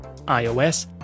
iOS